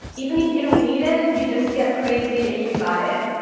even if you don't need it, you just get crazy and you buy it.